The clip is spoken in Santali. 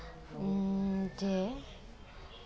ᱡᱮ